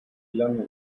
lange